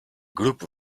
group